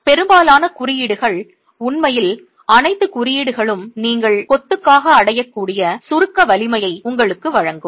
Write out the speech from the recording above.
எனவே பெரும்பாலான குறியீடுகள் உண்மையில் அனைத்து குறியீடுகளும் நீங்கள் கொத்துக்காக அடையக்கூடிய சுருக்க வலிமையை உங்களுக்கு வழங்கும்